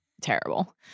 Terrible